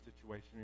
situation